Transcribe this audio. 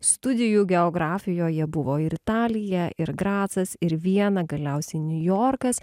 studijų geografijoje buvo ir italija ir gracas ir viena galiausiai niujorkas